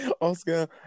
Oscar